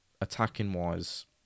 attacking-wise